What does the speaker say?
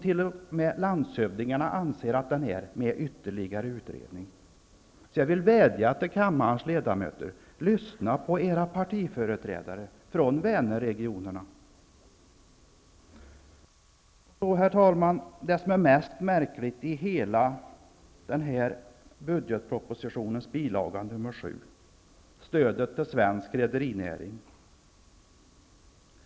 T.o.m landshövdingarna anser ju att den är det med ytterligare utredningar. Jag vill vädja till kammarens ledamöter att ni lyssnar på era partiföreträdare från Vänerregionerna. Herr talman! Vad som är mest märkligt i budgetpropositionen är bil. 7, Stödet till svensk rederinäring.